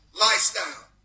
lifestyle